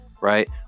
right